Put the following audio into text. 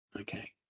Okay